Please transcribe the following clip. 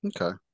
Okay